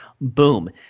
boom